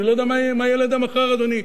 אני לא יודע מה ילד מחר, אדוני.